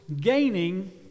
gaining